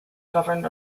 governed